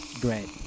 Great